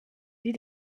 die